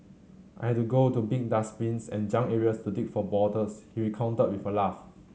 I had to go to big dustbins and junk areas to dig for bottles he recounted with a laugh